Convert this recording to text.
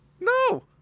No